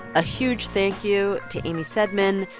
a huge thank you to amy saidman,